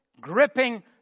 Gripping